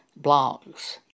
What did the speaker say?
blogs